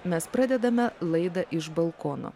mes pradedame laidą iš balkono